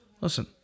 listen